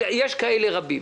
יש רבים כאלה.